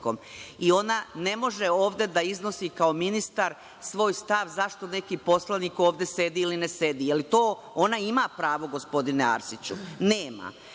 i ona ne može ovde da iznosi, kao ministar, svoj stav zašto neki poslanik ovde sedi ili ne sedi. Da li ona ima pravo gospodine Arsiću? Nema.